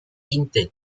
intent